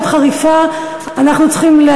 אני מאוד מבקש ממך.